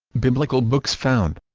biblical books found